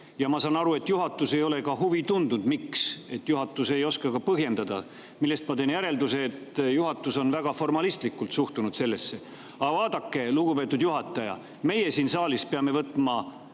Ja ma saan aru, et juhatus ei ole ka huvi tundnud, miks. Juhatus ei oska põhjendada. Sellest ma teen järelduse, et juhatus on väga formalistlikult suhtunud sellesse. Aga vaadake, lugupeetud juhataja, meie siin saalis peame võtma